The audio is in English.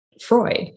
Freud